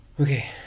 Okay